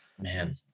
Man